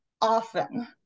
often